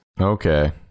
Okay